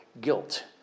guilt